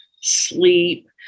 sleep